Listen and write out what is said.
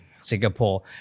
Singapore